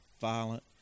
violent